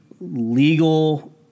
legal